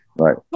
Right